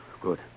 Good